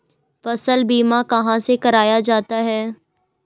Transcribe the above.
फसल बीमा कहाँ से कराया जाता है?